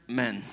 men